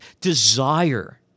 desire